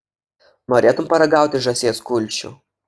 norėtum paragauti žąsies kulšių